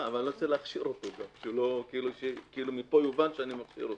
אבל אני לא רוצה שמפה יובן שאני מכשיר אותו.